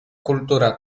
kultura